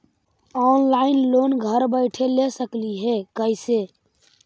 Online loan घर बैठे ले सकली हे, कैसे?